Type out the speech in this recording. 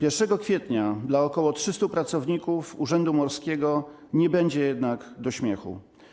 1 kwietnia dla ok. 300 pracowników urzędu morskiego nie będzie jednak do śmiechu.